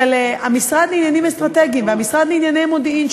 של המשרד לעניינים אסטרטגיים והמשרד לענייני מודיעין,